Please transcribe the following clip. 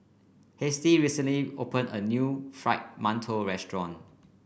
Halsey recently opened a new Fried Mantou restaurant